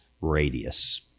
radius